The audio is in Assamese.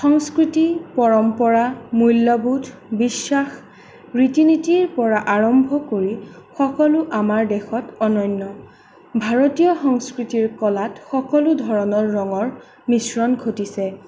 সংস্কৃতি পৰম্পৰা মূল্যবোধ বিশ্বাস ৰীতি নীতিৰ পৰা আৰম্ভ কৰি সকলো আমাৰ দেশত অনন্য ভাৰতীয় সংস্কৃতিৰ কলাত সকলো ধৰণৰ ৰঙৰ মিশ্ৰণ ঘটিছে